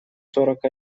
сорок